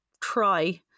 try